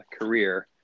career